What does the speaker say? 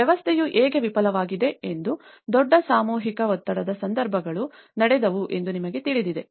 ಆದ್ದರಿಂದ ವ್ಯವಸ್ಥೆಯು ಹೇಗೆ ವಿಫಲವಾಗಿದೆ ಎಂದು ದೊಡ್ಡ ಸಾಮೂಹಿಕ ಒತ್ತಡದ ಸಂದರ್ಭಗಳು ನಡೆದವು ಎಂದು ನಿಮಗೆ ತಿಳಿದಿದೆ